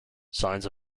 signs